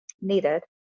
needed